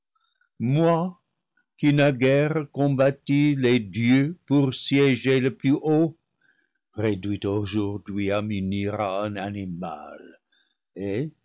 moi qui naguère combattis les dieux pour sié ger le plus haut réduit aujourd'hui à m'unir à un animal et